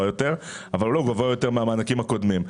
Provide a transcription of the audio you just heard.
יותר אבל הוא לא גבוה יותר מהמענקים הקודמים.